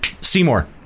Seymour